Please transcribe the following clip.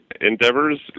endeavors